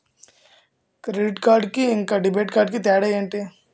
Credit card కి ఇంకా debit card కి తేడా ఏంటి?